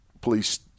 police